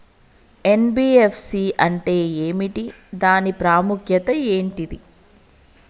NBFC అంటే ఏమిటి దాని ప్రాముఖ్యత ఏంటిది?